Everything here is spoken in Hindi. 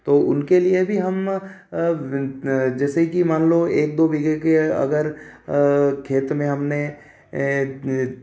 तो उनके लिए भी हम जैसे कि मान लो एक दो बीघे के अगर खेत में हमने ये